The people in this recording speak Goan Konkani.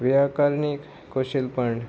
व्याकरणीक खाशेलपण